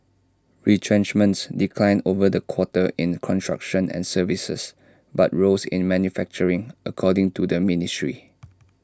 retrenchments declined over the quarter in construction and services but rose in manufacturing according to the ministry